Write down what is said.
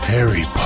Harry